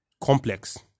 complex